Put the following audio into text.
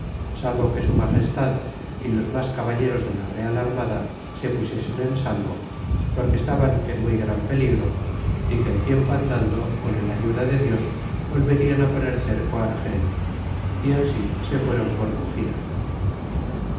salvo que su magestad y los mas caballeros de la real armada se pusiesen en salvo porque estaban en muy gran peligro y que el tiempo andando con el ayuda de dios volverla poner cerco argel y ansi se fueron por rugía